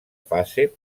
fase